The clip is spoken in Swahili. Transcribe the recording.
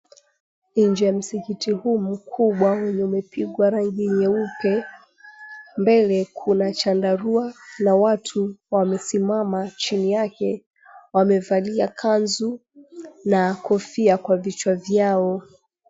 Nje ya msikiti huu mkubwa wenye umepigwa rangi nyeupe. Mbele kuna chandarua na watu wamesimama chini yake wamevalia kanzu na kofia kwa vichwa vyao.